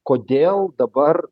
kodėl dabar